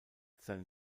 seine